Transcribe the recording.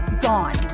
gone